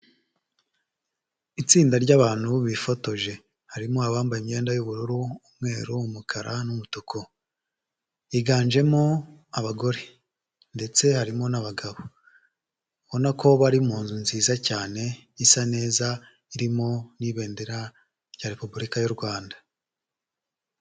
Itsinda ry'abantu bifotoje. Harimo abambaye imyenda y'ubururu, umweru, umukara n'umutuku. Higanjemo abagore. Ndetse harimo n'abagabo. Ubona ko bari mu nzu nziza cyane isa neza irimo n'ibendera rya Repubulika y'u Rwanda.